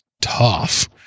tough